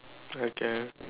okay